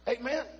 Amen